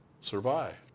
survived